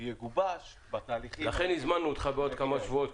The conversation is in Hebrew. יגובש בתהליכים --- לכן הזמנו אותך בעוד כמה שבועות,